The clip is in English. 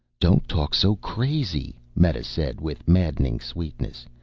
don't talk so crazy, meta said with maddening sweetness.